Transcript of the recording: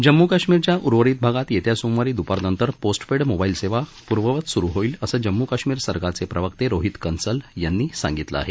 जम्मू कश्मीरच्या उर्वरित भागात येत्या सोमवारी दुपारनंतर पोस्टपेड मोबाईल सेवा पूर्ववत सुरू होईल असं जम्मू कश्मीर सरकारचे प्रवक्ते रोहित कन्सल यांनी सांगितलं आहे